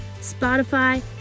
Spotify